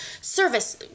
service